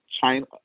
China